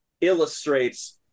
illustrates